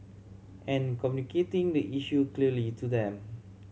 and communicating the issue clearly to them